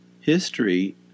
history